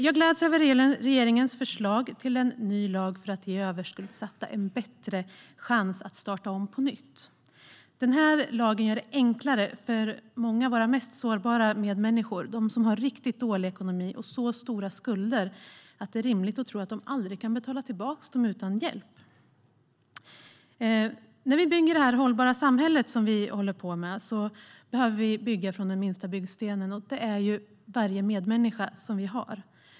Jag gläds över regeringens förslag till ny lag för att ge överskuldsatta en bättre chans att starta om på nytt. Den här lagen gör det enklare för många av våra mest sårbara medmänniskor, de som har riktigt dålig ekonomi och så stora skulder att det är rimligt att tro att de aldrig kan betala skulderna utan hjälp. När vi bygger det hållbara samhälle som vi håller på att bygga behöver vi bygga från den minsta byggstenen, och det är varje medmänniska.